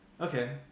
okay